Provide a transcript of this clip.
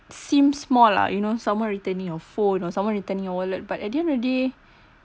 seem small lah you know someone returning your phone or someone returning your wallet but at the end of the day